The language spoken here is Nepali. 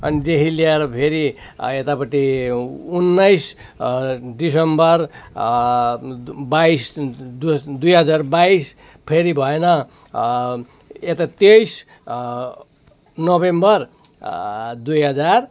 अनि देखि लिएर फेरि यतापट्टि उन्नाइस डिसम्बर बाइस दुई हजार बाइस फेरि भएन यता तेइस नोभेम्बर दुई हजार